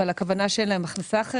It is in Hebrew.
אבל הכוונה היא שאין להם הכנסה אחרת.